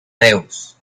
reus